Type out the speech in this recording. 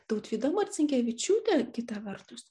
tautvyda marcinkevičiūtė kita vertus